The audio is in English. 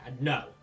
No